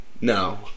No